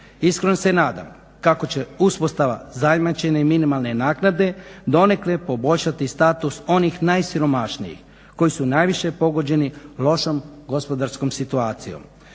iskreno se nadam kako će uspostava zajamčene minimalne naknade donekle poboljšati status onih najsiromašnijih koji su najviše pogođeni lošom gospodarskom situacijom.